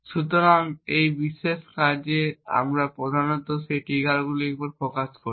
সুতরাং এই বিশেষ কাজে আমরা প্রধানত সেই ট্রিগারগুলির উপর ফোকাস করি